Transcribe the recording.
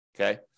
okay